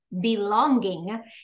belonging